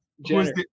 Jenner